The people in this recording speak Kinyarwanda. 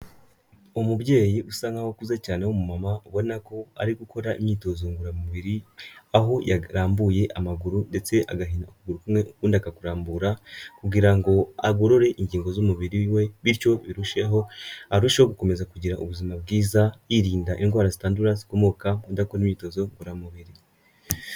Umubyeyi usa nk'aho akuze cyane w'umumama, ubona ko ari gukora imyitozo ngororamubiri, aho yarambuye amaguru, ndetse agahina ukuguru kumwe, ukundi akakurambura, kugira ngo agorore ingingo z'umubiri we, bityo arusheho gukomeza kugira ubuzima bwiza, yirinda indwara zitandura, zikomoka kudakora imyitozo ngororamubiri.